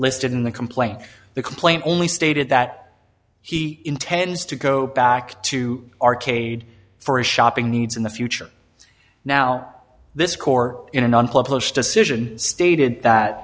listed in the complaint the complaint only stated that he intends to go back to arcade for his shopping needs in the future now this core decision stated that